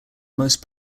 most